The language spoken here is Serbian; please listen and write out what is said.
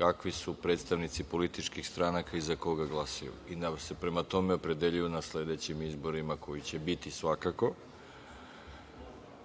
kakvi su predstavnici političkih stranaka i za koga glasaju i da se prema tome opredeljuju na sledećim izborima koji će biti svakako. Smatram